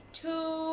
two